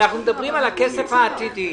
אנחנו מדברים על כסף עתידי.